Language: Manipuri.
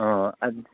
ꯑꯥ ꯑꯗꯨ